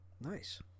Nice